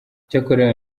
icyakora